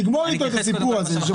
תגמור איתו את הסיפור הזה.